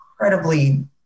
incredibly